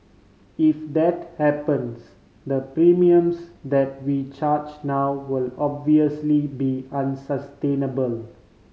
if that happens the premiums that we charge now will obviously be unsustainable